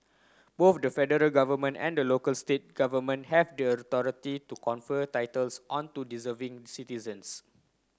both the federal government and the local state government have the authority to confer titles onto deserving citizens